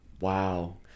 Wow